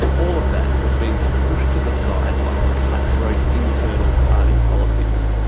all of that has been pushed to the side by cut-throat internal party politics.